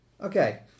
Okay